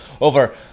over